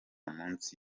munsi